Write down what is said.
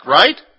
right